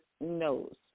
knows